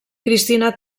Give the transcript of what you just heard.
cristina